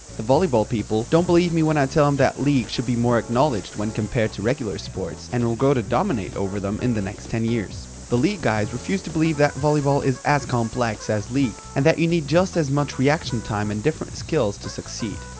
the volleyball people don't believe me when i tell them that league should be more acknowledged when compared to regular sports and will grow to dominate over them in the next ten years. the league guys refuse to believe that volleyball is as complex as league and that you need just as much reaction time and different skills to succeed.